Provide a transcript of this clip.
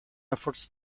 efforts